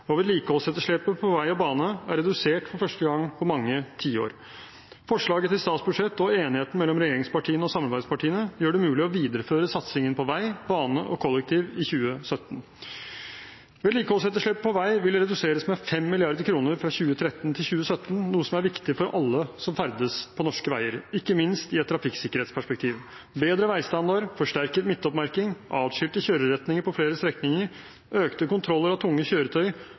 og vedlikeholdsetterslepet på vei og bane er redusert for første gang på mange tiår. Forslaget til statsbudsjett og enigheten mellom regjeringspartiene og samarbeidspartiene gjør det mulig å videreføre satsingen på vei, bane og kollektivtransport i 2017. Vedlikeholdsetterslepet på vei vil reduseres med 5 mrd. kr fra 2013 til 2017, noe som er viktig for alle som ferdes på norske veier – ikke minst i et trafikksikkerhetsperspektiv. Bedre veistandard, forsterket midtoppmerking, adskilte kjøreretninger på flere strekninger, økte kontroller av tunge kjøretøy,